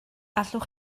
allwch